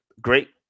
great